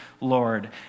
Lord